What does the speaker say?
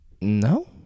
No